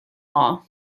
law